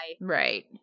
Right